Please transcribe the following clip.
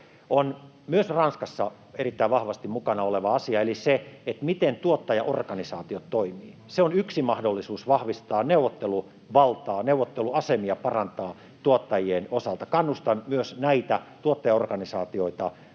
— myös Ranskassa erittäin vahvasti mukana oleva asia — on se, että miten tuottajaorganisaatiot toimivat. Se on yksi mahdollisuus vahvistaa neuvotteluvaltaa ja parantaa neuvotteluasemia tuottajien osalta. Kannustan myös näitä tuottajaorganisaatioita